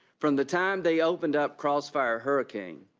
from the time they opened up crossfire hurricane